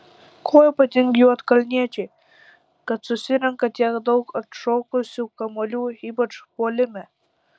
kuo ypatingi juodkalniečiai kad susirenka tiek daug atšokusių kamuolių ypač puolime